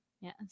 Yes